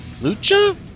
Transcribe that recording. Lucha